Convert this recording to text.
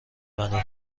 منو